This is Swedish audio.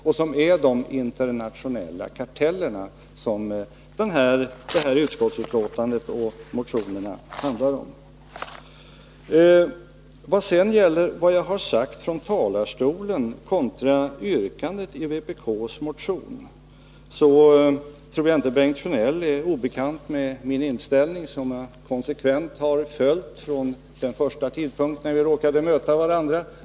Vad detta Nr 18 utskottsbetänkande och motionerna handlar om är de internationella kartellerna. Vad sedan gäller vad jag har sagt från talarstolen kontra yrkandet i vpk:s motion, så tror jag inte att Bengt Sjönell är obekant med min inställning, som jag konsekvent har hållit fast vid från den första tidpunkt då vi råkade möta varandra.